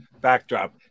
backdrop